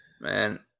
Man